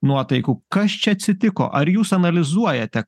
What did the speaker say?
nuotaikų kas čia atsitiko ar jūs analizuojate